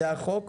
כך קובע החוק?